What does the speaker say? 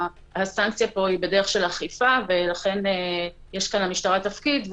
הסנקציה פה היא בדרך של אכיפה ולכן יש כאן למשטרה תפקיד.